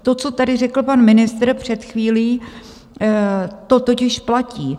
To, co tady řekl pan ministr před chvílí, to totiž platí.